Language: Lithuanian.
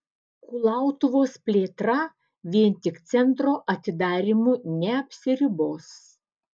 kulautuvos plėtra vien tik centro atidarymu neapsiribos